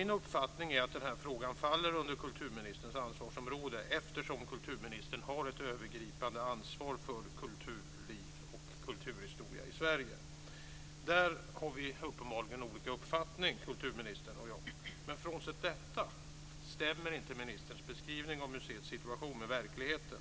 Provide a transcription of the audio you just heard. Min uppfattning är att den här frågan faller under kulturministerns ansvarsområde eftersom kulturministern har ett övergripande ansvar för kulturliv och kulturhistoria i Sverige. Där har kulturministern och jag uppenbarligen olika uppfattning, men frånsett detta stämmer inte ministerns beskrivning av museets situation med verkligheten.